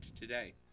today